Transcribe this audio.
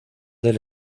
del